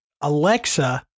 Alexa-